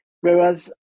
Whereas